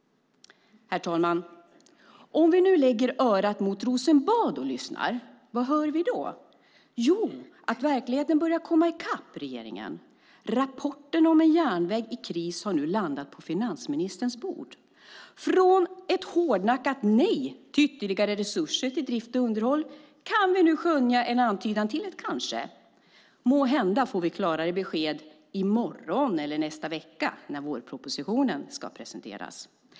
Herr talman! Om vi nu lägger örat mot Rosenbad och lyssnar - vad hör vi då? Jo, att verkligheten börjar komma ikapp regeringen. Rapporterna om en järnväg i kris har nu landat på finansministerns bord. Från ett hårdnackat nej till ytterligare resurser till drift och underhåll kan vi nu skönja en antydan till ett kanske. Måhända får vi klarare besked i morgon eller nästa vecka när vårpropositionen ska presenteras.